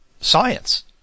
science